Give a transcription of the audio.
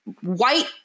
white